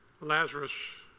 Lazarus